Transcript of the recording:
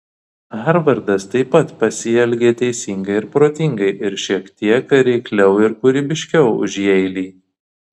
harvardas taip pat pasielgė teisingai ir protingai ir šiek tiek reikliau ir kūrybiškiau už jeilį